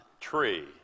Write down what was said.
tree